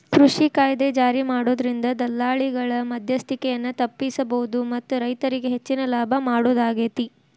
ಕೃಷಿ ಕಾಯ್ದೆ ಜಾರಿಮಾಡೋದ್ರಿಂದ ದಲ್ಲಾಳಿಗಳ ಮದ್ಯಸ್ತಿಕೆಯನ್ನ ತಪ್ಪಸಬೋದು ಮತ್ತ ರೈತರಿಗೆ ಹೆಚ್ಚಿನ ಲಾಭ ಮಾಡೋದಾಗೇತಿ